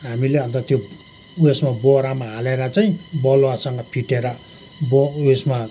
हामीले अन्त त्यो उयेसमा बोरामा हालेर चाहिँ बलुवासँग फिटेर बो उयेसमा